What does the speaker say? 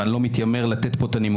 ואני לא מתיימר לתת פה את הנימוקים,